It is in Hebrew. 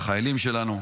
והחיילים שלנו.